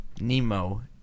nemo